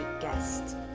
guest